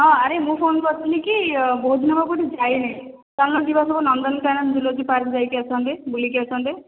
ହଁ ଆରେ ମୁଁ ଫୋନ୍ କରିଥିଲି କି ବହୁତ ଦିନ ହେବ କେଉଁଠି ଯାଇନି ଚାଲୁନ ଯିବା ସବୁ ନନ୍ଦନକାନନ୍ ଜୁଲୋଜି ପାର୍କ ଯାଇକି ଆସନ୍ତେ ବୁଲିକି ଆସନ୍ତେ